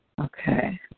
Okay